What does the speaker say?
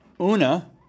Una